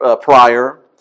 prior